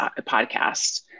podcast